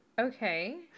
Okay